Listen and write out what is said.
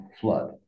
flood